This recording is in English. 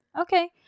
Okay